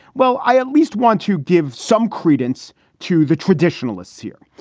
well, i at least want to give some credence to the traditionalists here,